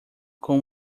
com